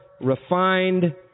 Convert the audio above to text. refined